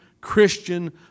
Christian